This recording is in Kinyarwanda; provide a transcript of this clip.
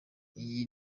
iyi